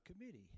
committee